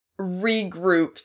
regrouped